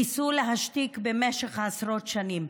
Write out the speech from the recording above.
ניסו להשתיק במשך עשרות שנים,